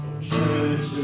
church